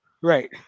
Right